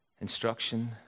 instruction